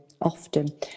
often